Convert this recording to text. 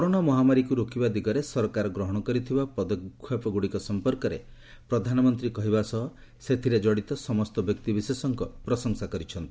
corona ମହାମାରୀକୁ ରୋକିବା ଦିଗରେ ସରକାର ଗ୍ରହଣ କରିଥିବା ପଦକ୍ଷେପଗୁଡ଼ିକ ସମ୍ପର୍କରେ ପ୍ରଧାନମନ୍ତ୍ରୀ କହିବା ସହ ସେଥିରେ ଜଡ଼ିତ ସମସ୍ତ ବ୍ୟକ୍ତିବିଶେଷଙ୍କ ପ୍ରଶଂସା କରିଛନ୍ତି